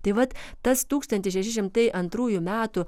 tai vat tas tūkstantis šeši šimtai antrųjų metų